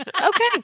Okay